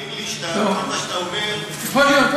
תאמין לי, כל מה שאתה אומר יכול להיות.